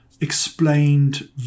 explained